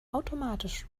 automatisch